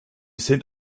sind